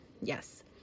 yes